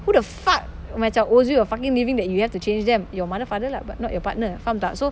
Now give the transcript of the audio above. who the fuck macam owes you a fucking living that you have to change them your mother father lah but not your partner faham tak so